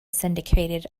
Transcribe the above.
syndicated